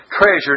treasure